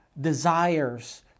desires